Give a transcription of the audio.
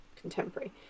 contemporary